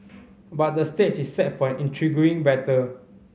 but the stage is set for an intriguing battle